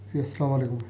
جی السلام علیکم